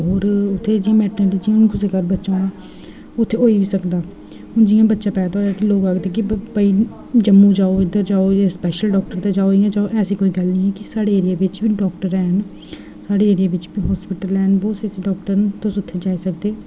होर उत्थै जियां कुसे दे घर बच्चा होई गेआ उत्थै होई बी सकदा जियां बच्चा पैदा होएआ लोक आखदे कि भाई जम्मू जाओ इद्धर जाओ स्पैशल डाक्टर दे जाओ इद्धर जाओ ऐसी कोई गल्ल नी कि साढ़े एरिया बिच्च बी डाक्टर हैन साढ़े एरिया बिच्च बी हास्पिटल हैन बहुत ऐसे डाक्टर न तुस उत्थै जाई सकदे न